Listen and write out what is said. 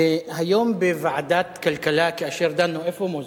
היום בוועדת הכלכלה, כאשר דנו, איפה מוזס?